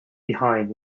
behind